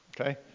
Okay